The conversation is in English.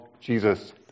Jesus